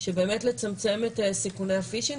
של לצמצם את סיכוני ה"פישינג".